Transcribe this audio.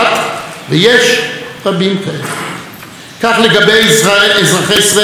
כך לגבי אזרחי ישראל הערבים שאומרים: הזהות שלי